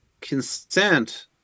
consent